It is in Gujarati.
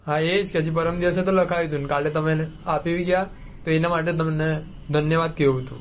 હા એ જ કે હજી પરમદિવસે તો લખાવ્યું ને કાલે તમે એને આપી બી ગયા તેના માટે તમને ધન્યવાદ કેવું હતું